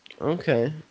Okay